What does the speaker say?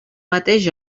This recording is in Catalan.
mateix